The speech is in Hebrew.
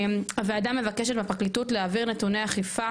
הוועדה מבקשת מהפרקליטות להעביר נתוני אכיפה